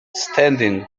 standing